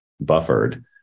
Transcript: buffered